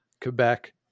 Quebec